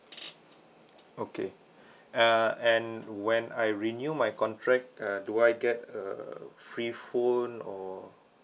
okay uh and when I renew my contract uh do I get a free phone or